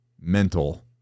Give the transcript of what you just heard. mental